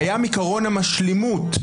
קיים "עיקרון המשלימות",